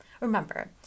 Remember